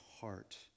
heart